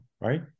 right